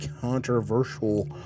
controversial